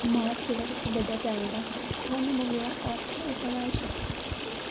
Mars जेह्ड़ा सब तों बड्डा पलैन्नट ऐ थर्ड़ नम्बर पर जेह्ड़ा अर्थ ऐ ओह् साढ़ा इक